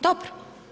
Dobro.